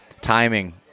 timing